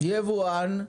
יבואן,